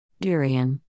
Durian